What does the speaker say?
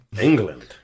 England